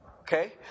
Okay